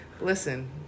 listen